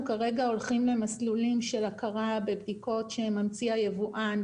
כרגע הולכים למסלולים של הכרה בבדיקות שממציא היבואן,